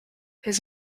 his